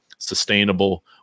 sustainable